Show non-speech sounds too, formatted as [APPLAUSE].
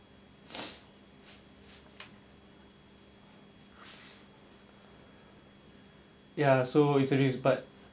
[BREATH] ya so it's a risk but